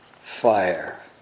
Fire